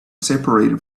separated